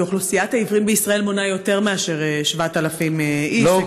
כי אוכלוסיית העיוורים בישראל מונה יותר מ-7,000 איש.